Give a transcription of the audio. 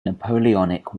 napoleonic